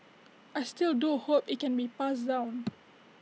I still do hope IT can be passed down